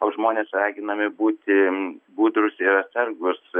o žmonės raginami būti budrūs ir atsargūs